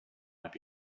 might